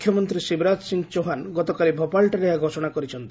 ମୁଖ୍ୟମନ୍ତ୍ରୀ ଶିବରାଜ ସିଂ ଚୌହାନ୍ ଗତକାଲି ଭୋପାଳଠାରେ ଏହା ଘୋଷଣା କରିଛନ୍ତି